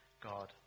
God